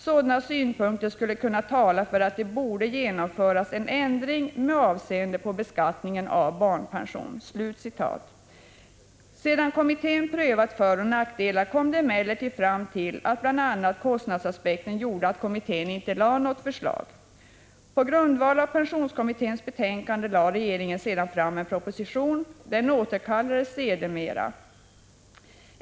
Sådana synpunkter skulle kunna tala för att det borde genomföras en ändring med avseende på beskattningen av barnpension.” Sedan kommittén prövat föroch nackdelar kom den emellertid fram till att bl.a. kostnadsaspekter gjorde att kommittén inte lade fram något förslag. På grundval av pensionskommitténs betänkande lade regeringen fram en proposition. Denna återkallades sedermera.